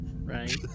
right